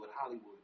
Hollywood